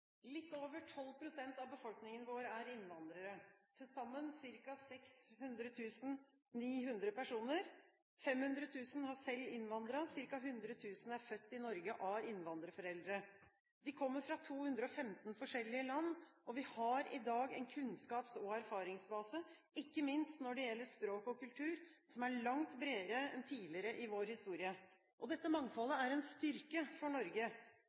Litt over 12 pst. av befolkningen vår er innvandrere, til sammen ca. 600 900 personer. 500 000 har selv innvandret. Cirka 100 000 er født i Norge av innvandrerforeldre. De kommer fra 215 forskjellige land. Vi har i dag en kunnskaps- og erfaringsbase, ikke minst når det gjelder språk og kultur, som er langt bredere enn tidligere i vår i historie. Dette mangfoldet er en styrke for Norge,